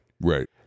Right